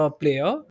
player